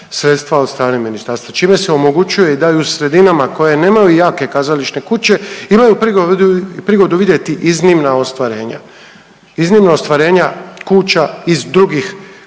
sredstva od strane ministarstva, čime se omogućuje i da u sredinama koje nemaju jake kazališne kuće imaju prigodu vidjeti iznimna ostvarenja, iznimna